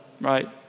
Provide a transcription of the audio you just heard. right